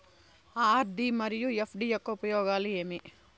RD మరియు FD యొక్క ఉపయోగాలు ఏమి?